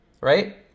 right